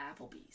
Applebee's